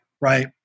right